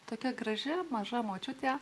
tokia graži maža močiutė